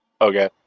Okay